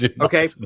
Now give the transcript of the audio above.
okay